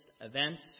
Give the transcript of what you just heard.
events